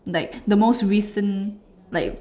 like the most recent like